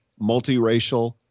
multiracial